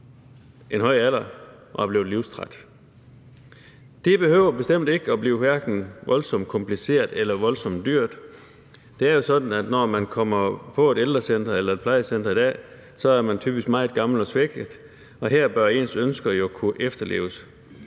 en høj alder og er blevet livstræt. Det behøver bestemt ikke at blive voldsomt kompliceret eller voldsomt dyrt. Det er jo sådan, at når man kommer på et ældrecenter eller et plejecenter i dag, er man typisk meget gammel og svækket, og her bør ens ønsker jo kunne efterleves.